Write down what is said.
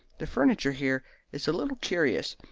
the furniture here is a little curious.